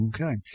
Okay